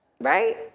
Right